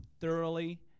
thoroughly